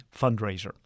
fundraiser